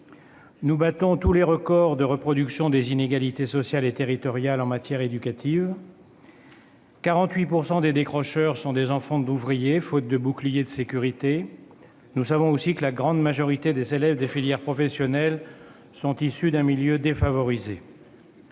Nous battons tous les records de reproduction des inégalités sociales et territoriales en matière éducative. Ainsi, 48 % des décrocheurs sont des enfants d'ouvriers, faute de bouclier de sécurité. Nous savons aussi que la grande majorité des élèves des filières professionnelles sont issus d'un milieu défavorisé.